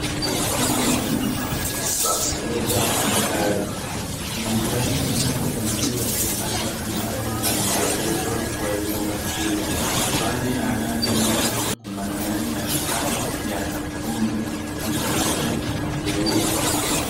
Hili ni jumba la kuuza magari. Kuna magari aina mbali mbali za kifahari ambayo yameegeshwa kwa chumba hili. Baadhi ya gari hizo kuna magari ya rangi nyekundu, nyeupe, nyeusi.